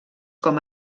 com